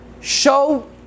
show